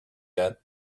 yet